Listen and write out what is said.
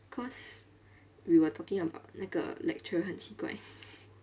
cause we were talking about 那个 lecturer 很奇怪